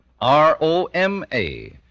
R-O-M-A